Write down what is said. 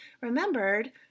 remembered